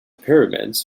pyramids